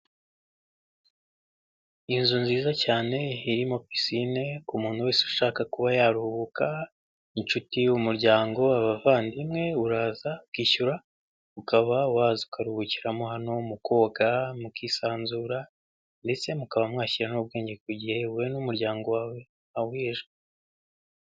Inzu nziza cyane irimo pisine ku muntu wese ushaka kuba yaruhuka, inshuti umuryango abavandimwe uraza ukishyura ukaba waza ukaruhukiramo hano. Mukoga mukisanzura ndetse mukaba mwashyi n'ubwenge ku gihe wowe n'umuryango wawe awuheje.